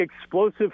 explosive